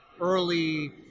early